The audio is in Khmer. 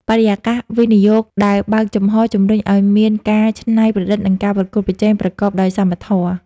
បរិយាកាសវិនិយោគដែលបើកចំហ ជំរុញឱ្យមានការច្នៃប្រឌិត និងការប្រកួតប្រជែងប្រកបដោយសមធម៌។